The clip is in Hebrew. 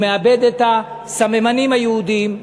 הוא מאבד את הסממנים היהודיים.